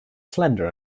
slender